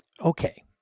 Okay